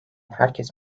herkes